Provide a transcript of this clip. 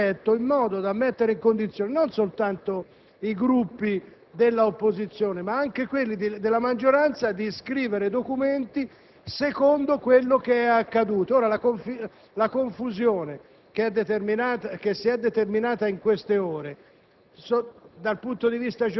Bisogna che il Governo questa sera, e non domattina, chiarisca questo aspetto, in modo da mettere in condizione non soltanto i Gruppi dell'opposizione, ma anche quelli della maggioranza, di scrivere documenti secondo quello che è accaduto. La confusione